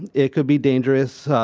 and it could be dangerous,